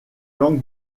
langue